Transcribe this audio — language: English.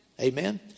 Amen